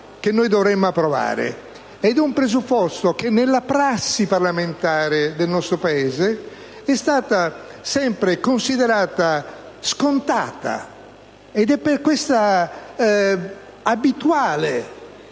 che noi dovremmo approvare, e un presupposto che nella prassi parlamentare del nostro Paese è stato sempre considerato scontato. Ed è per questa abituale